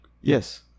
Yes